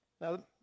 Now